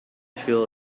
feel